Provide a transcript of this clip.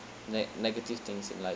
ne~ negative things in life